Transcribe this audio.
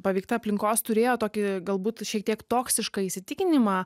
paveikta aplinkos turėjo tokį galbūt šiek tiek toksišką įsitikinimą